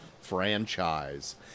franchise